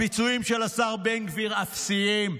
הביצועים של השר בן גביר אפסיים.